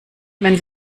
wenn